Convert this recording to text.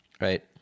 Right